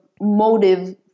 motive